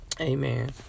Amen